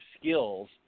skills